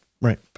right